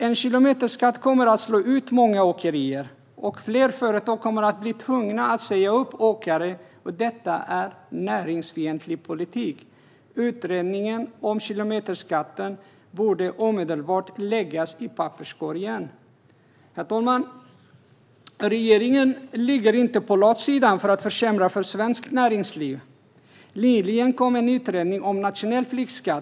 En kilometerskatt kommer att slå ut många åkerier. Flera företag kommer att bli tvungna att säga upp åkare. Detta är näringsfientlig politik. Utredningen om kilometerskatten borde läggas i papperskorgen omedelbart. Herr talman! Regeringen ligger inte på latsidan när det gäller att försämra för svenskt näringsliv. Nyligen kom en utredning om nationell flygskatt.